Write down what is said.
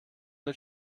mit